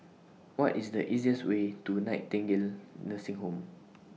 What IS The easiest Way to Nightingale Nursing Home